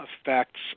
effects